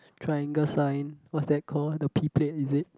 triangle sign what's that called the P plate is it